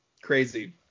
Crazy